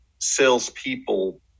salespeople